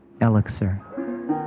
elixir